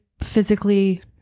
physically